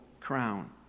crown